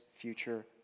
future